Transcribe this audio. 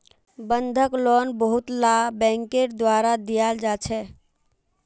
बंधक लोन बहुतला बैंकेर द्वारा दियाल जा छे